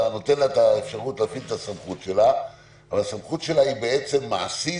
אבל הסמכות שלה היא בעצם מעשית,